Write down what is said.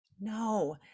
no